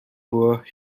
poor